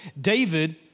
David